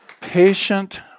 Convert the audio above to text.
Patient